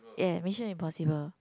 yeah Mission Impossible